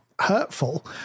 hurtful